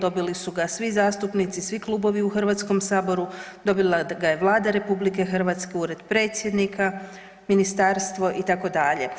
Dobili su ga svi zastupnici, svi klubovi u Hrvatskom saboru, dobila ga je Vlada RH, Ured predsjednika, ministarstvo itd.